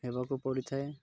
ହେବାକୁ ପଡ଼ିଥାଏ